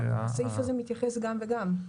הסעיף הזה מתייחס גם וגם.